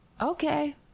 okay